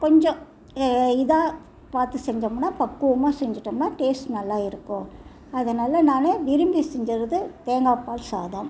கொஞ்சம் இதாக பார்த்து செஞ்சோம்னா பக்குவமாக செஞ்சிவிட்டோம்னா டேஸ்ட் நல்லா இருக்கும் அதனால நான் விரும்பி செஞ்சிறது தேங்காய் பால் சாதம்